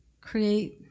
create